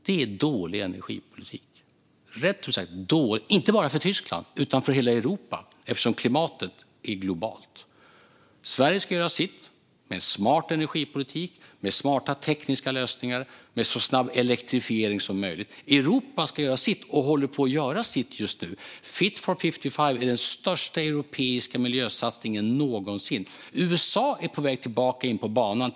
Det är dålig energipolitik, inte bara för Tyskland utan för hela Europa, eftersom klimatet är globalt. Sverige ska göra sitt med smart energipolitik, smarta tekniska lösningar och så snabb elektrifiering som möjligt. Europa ska göra sitt och håller just nu på att göra sitt. Fit for 55 är den största europeiska miljösatsningen någonsin. USA är på väg tillbaka in på banan.